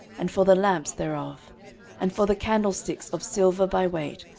and for the lamps thereof and for the candlesticks of silver by weight,